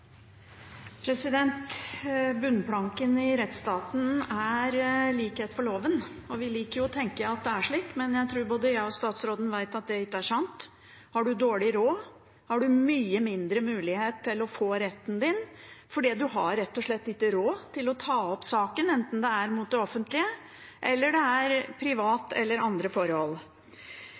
slik, men jeg tror både jeg og statsråden vet at det ikke er sant. Har en dårlig råd, har en mye mindre mulighet til å få retten sin, for en har rett og slett ikke råd til å ta opp saken, enten det er mot det offentlige, eller det er privat eller andre forhold.